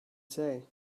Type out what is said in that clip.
say